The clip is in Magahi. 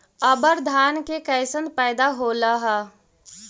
अबर धान के कैसन पैदा होल हा?